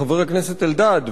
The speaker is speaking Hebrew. חבר הכנסת אלדד,